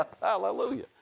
Hallelujah